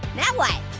now what?